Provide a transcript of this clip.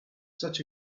such